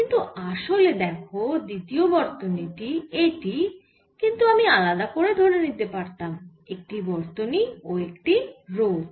কিন্তু আসলে দেখো দ্বিতীয় বর্তনী টি এটি কিন্তু আমি আলাদা ধরে নিতে পারতাম একটি বর্তনী ও একটি রোধ